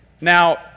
Now